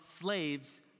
slaves